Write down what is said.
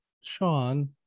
sean